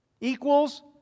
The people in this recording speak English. equals